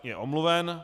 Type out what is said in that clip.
Je omluven.